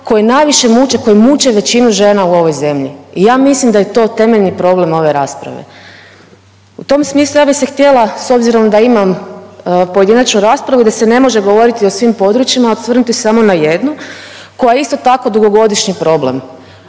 koje najviše muče, koji muče većinu žena u ovoj zemlji. I ja mislim da je to temeljni problem ove rasprave. U tom smislu ja bih se htjela s obzirom da imam pojedinačnu raspravu i da se ne može govoriti o svim područjima, osvrnuti samo na jednu koja je isto tako dugogodišnji problem